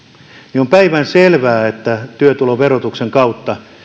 niin on päivänselvää että arvonlisäverotuksen kautta